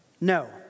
no